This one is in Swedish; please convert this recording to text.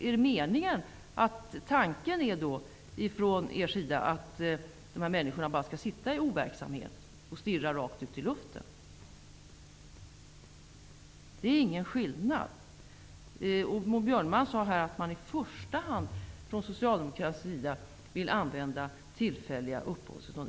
Är er tanke att dessa människor skall sitta i overksamhet och stirra rakt ut i luften? Maud Björnemalm sade att Socialdemokraterna i första hand vill använda tillfälliga uppehållstillstånd.